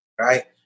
right